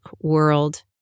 world